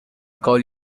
call